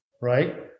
right